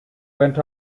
went